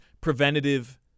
preventative